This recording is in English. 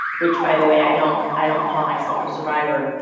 which, by the way, i don't i don't call myself a survivor,